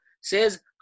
says